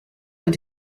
und